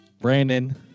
Brandon